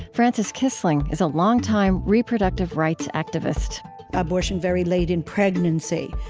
frances kissling is a longtime reproductive rights activist abortion very late in pregnancy,